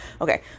Okay